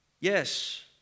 Yes